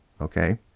okay